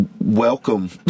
Welcome